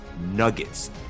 nuggets